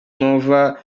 nova